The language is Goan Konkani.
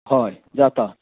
हय जाता